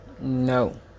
No